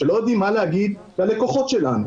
כשלא יודעים מה להגיד ללקוחות שלנו,